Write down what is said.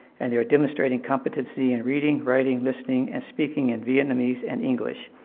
and they are demonstrating competency in reading, writing, listening, and speaking in vietnamese and english.